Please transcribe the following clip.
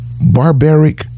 barbaric